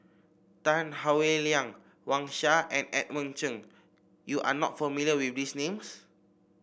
Tan Howe Liang Wang Sha and Edmund Cheng you are not familiar with these names